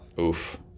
Oof